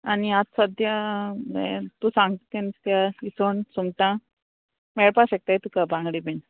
आनी आत सोद्या हें तूं सांगता तें नुस्त्या इसोण सुंगटां मेळपा शेकताय तुका बांगडे बीन